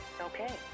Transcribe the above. Okay